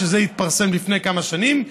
כשזה התפרסם לפני כמה שנים,